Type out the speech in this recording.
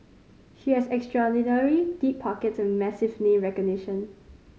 she has extraordinarily deep pockets and massive name recognition